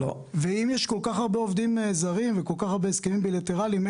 ואם יש כל כך הרבה עובדים זרים וכל כך הרבה הסכמים בילטרליים,